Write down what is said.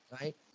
right